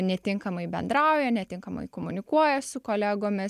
netinkamai bendrauja netinkamai komunikuoja su kolegomis